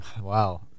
wow